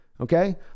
okay